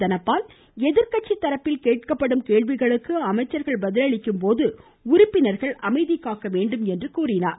தனபால் எதிர்கட்சி தரப்பில் கேட்க்கப்படும் கேள்விகளுக்கு அமைச்சர்கள் பதிலளிக்கும்போது உறுப்பினர்கள் அமைதி காக்க வேண்டும் என்று கூறினார்